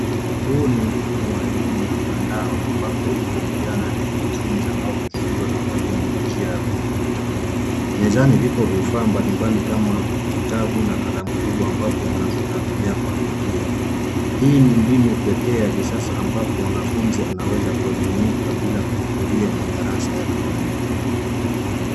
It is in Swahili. Huu ni mfumo wa elimu ya mtandao, ambapo yupo kijana anayejifunza au kufunzwa na mwalimu kwa njia ya kompyuta. Mezani vipo vifaa mbalimbali kama kitabu na kalamu kubwa ambapo mwanafunzi anatumia kuandikia. Hii ni mbinu pekee ya visasa ambapo mwanafunzi anaweza kuelimika bila kuhudhuria madarasa ya kawaida.